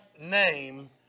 name